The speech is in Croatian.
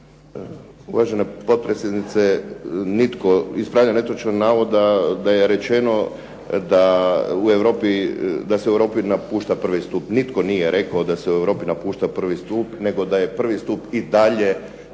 Uvažena potpredsjednice. Ispravljam netočan navod da je rečeno da se u Europi napušta prvi stup. Nitko nije rekao da se u Europi napušta prvi stup, nego da je i prvi stup i dalje